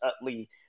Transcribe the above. Utley –